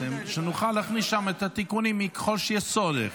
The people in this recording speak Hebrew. שנוכל להכניס שם את התיקונים ככל שיש צורך.